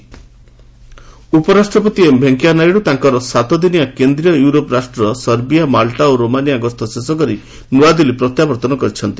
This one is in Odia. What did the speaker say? ଭିପି ରୋମାନିଆ ଉପରାଷ୍ଟ୍ରପତି ଏମ୍ ଭେଙ୍କିୟା ନାଇଡୁ ତାଙ୍କର ସାତଦିନିଆ କେନ୍ଦ୍ରୀୟ ୟୁରୋପ ରାଷ୍ଟ୍ର ସର୍ବିଆ ମାଲଟା ଏବଂ ରୋମାନିଆ ଗସ୍ତ ଶେଷ କରି ନୂଆଦିଲ୍ଲୀ ପ୍ରତ୍ୟାବର୍ତ୍ତନ କରିଛନ୍ତି